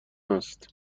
است